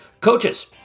Coaches